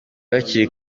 hakiri